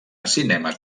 cinemes